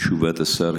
תשובת השר.